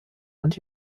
und